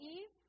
Eve